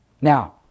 Now